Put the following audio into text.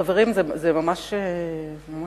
חברים, זה ממש מפריע.